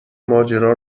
ماجرا